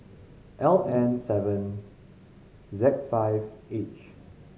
L N seven Z five H